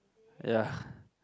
ya